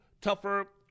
tougher